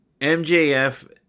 MJF